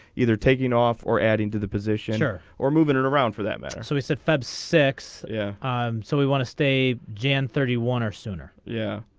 either taking off or adding to the position or or moving and around for that matter so we sat feb six yeah so we want to stay. jan thirty one or sooner yeah.